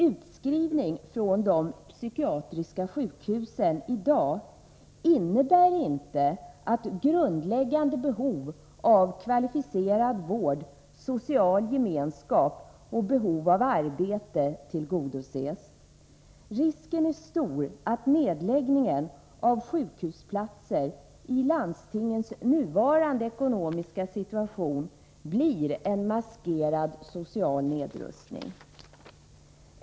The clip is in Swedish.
Utskrivning från de psykiatriska sjukhusen i dag innebär inte att grundläggande behov av kvalificerad vård, social gemenskap och arbete tillgodoses. Risken är stor att minskningen av antalet sjukhusplatser på grund av landstingens nuvarande ekonomiska situation blir en maskerad social nedrustning.